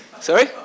Sorry